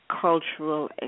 cultural